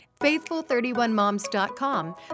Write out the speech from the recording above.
faithful31moms.com